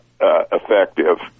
effective